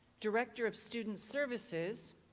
director of student services,